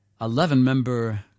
Eleven-member